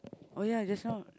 oh ya just now